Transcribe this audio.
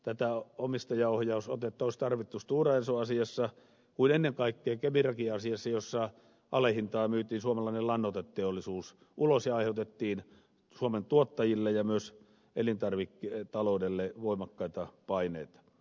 tätä omistajaohjausotetta olisi tarvittu niin stora enso asiassa kuin ennen kaikkea kemira asiassakin jossa alehintaan myytiin suomalainen lannoiteteollisuus ulos ja aiheutettiin suomen tuottajille ja myös elintarviketaloudelle voimakkaita paineita